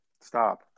Stop